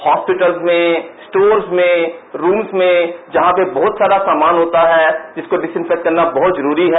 hospital में stores में room में जहां पर बहुत सारा सामान होता है इसको डिस्इफेक्टेट करना बहुत जरूरी है